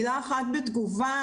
מילה אחת בתגובה,